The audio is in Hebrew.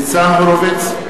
(קורא בשמות חברי הכנסת) ניצן הורוביץ,